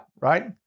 right